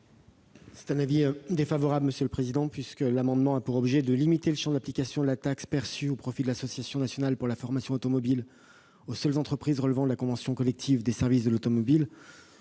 est l'avis du Gouvernement ? Cet amendement a pour objet de limiter le champ d'application de la taxe perçue au profit de l'Association nationale pour la formation automobile aux entreprises relevant de la convention collective des services de l'automobile.